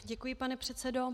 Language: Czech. Děkuji, pane předsedo.